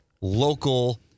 local